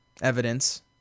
evidence